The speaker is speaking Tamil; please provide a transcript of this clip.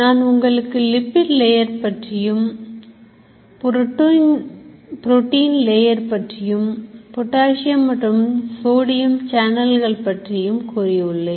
நான் உங்களுக்கு Lipid Layer பற்றி புரோட்டின் லேயர்பற்றி பொட்டாசியம் மற்றும் சோடியம் சேனல்கள் பற்றி கூறியுள்ளேன்